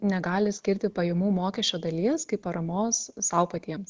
negali skirti pajamų mokesčio dalies kaip paramos sau patiems